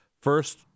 first